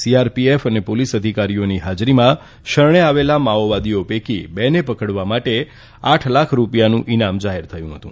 CRPF અને police અધિકારીઓની હાજરીમાં શરણે આવેલા માઓવાદીઓ પૈકી બે ને પકડવા માટે આઠ લાખ રૂપિયાનું ઈનામ જાહેર થયું હતું